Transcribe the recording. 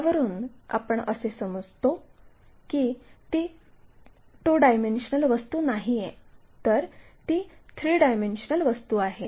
यावरून आपण असे समजतो की ती 2 डायमेन्शनल वस्तू नाहीये तर ती 3 डायमेन्शनल वस्तू आहे